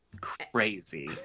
Crazy